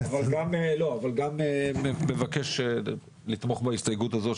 אבל גם מבקש לתמוך בהסתייגות של פינדרוס,